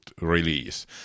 release